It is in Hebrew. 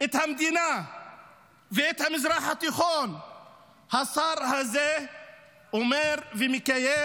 את המדינה ואת המזרח התיכון השר הזה אומר ומקיים,